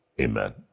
amen